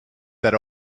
that